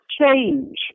change